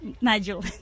Nigel